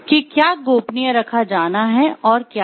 कि क्या गोपनीय रखा जाना है और क्या नहीं